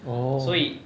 orh